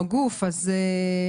בבקשה.